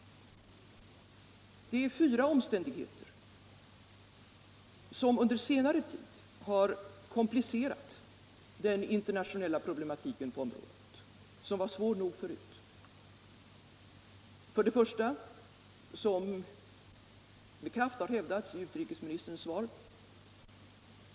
Det är fyra omständigheter som under senare tid har komplicerat den internationella problematik inom detta område som var svår nog förut. 1.